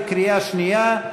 בקריאה שנייה,